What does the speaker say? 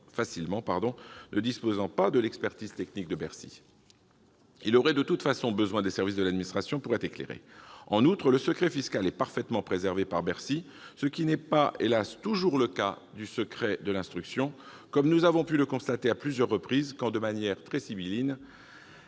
facilement, ne disposant pas de l'expertise technique de Bercy. Il aurait, de toute façon, besoin des services de l'administration pour être éclairé. En outre, le secret fiscal est parfaitement préservé par Bercy, ce qui n'est, hélas !, pas toujours le cas du secret de l'instruction. Nous avons pu constater à plusieurs reprises que, de manière très sibylline,